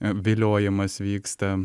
viliojimas vyksta